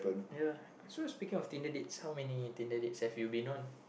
ya so speaking of Tinder dates how many Tinder dates have you been on